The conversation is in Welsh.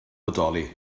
bodoli